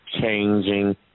changing